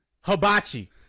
Hibachi